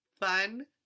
fun